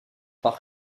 par